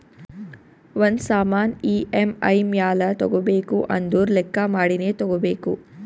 ಒಂದ್ ಸಾಮಾನ್ ಇ.ಎಮ್.ಐ ಮ್ಯಾಲ ತಗೋಬೇಕು ಅಂದುರ್ ಲೆಕ್ಕಾ ಮಾಡಿನೇ ತಗೋಬೇಕು